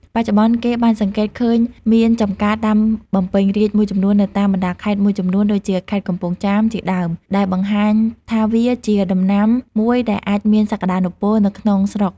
បច្ចុប្បន្ន គេបានសង្កេតឃើញមានចំការដាំបំពេញរាជមួយចំនួននៅតាមបណ្តាខេត្តមួយចំនួនដូចជា ខេត្តកំពង់ចាម ជាដើម ដែលបង្ហាញថាវាជាដំណាំមួយដែលអាចមានសក្តានុពលនៅក្នុងស្រុក។